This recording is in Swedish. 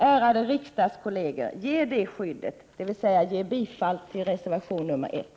Ärade riksdagskolleger! Ge det skyddet, dvs. bifall reservation 1.